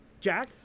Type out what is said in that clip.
Jack